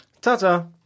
Ta-ta